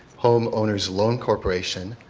home owners loan cooperation.